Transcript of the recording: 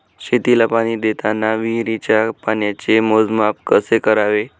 शेतीला पाणी देताना विहिरीच्या पाण्याचे मोजमाप कसे करावे?